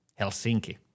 Helsinki